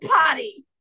potty